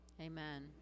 Amen